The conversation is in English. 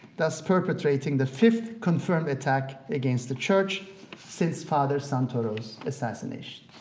thus perpetrating the fifth confirmed attack against the church since father santoro's assassination.